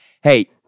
hey